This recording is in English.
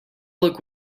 look